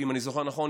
שאם אני זוכר נכון,